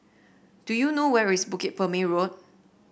do you know where is Bukit Purmei Road